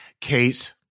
Kate